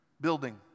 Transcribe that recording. building